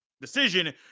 decision